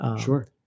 Sure